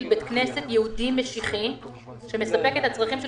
בתי כנסת יהודיים משיחיים שמספקים את הצרכים של